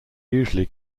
usually